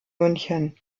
münchen